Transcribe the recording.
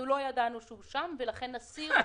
אנחנו לא ידענו שהוא שם ולכן נסיר אותו.